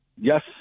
Yes